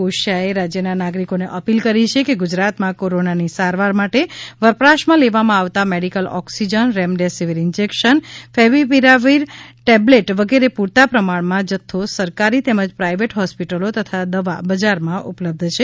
કોશીયાએ રાજયના નાગરિકોને અપીલ કરી છે કે ગુજરાતમાં કોરોનાની સારવાર માટે વપરાશમાં લેવામાં આવતા medical oxygen remdesivir injection favipiravir tablet વિગેરે પુરતા પ્રમાણમાં જથ્થો સરકારી તેમજ પ્રાઇવેટ હોસ્પિટલો તથા દવા બજારમાં ઉપલબ્ધ છે